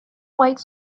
white